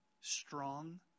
strong